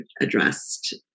addressed